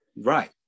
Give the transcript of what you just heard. Right